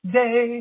day